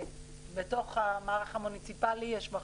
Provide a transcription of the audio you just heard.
בתוך המערך המוניציפלי יש מחלוקת,